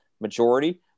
majority